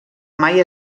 mai